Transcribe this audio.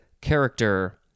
character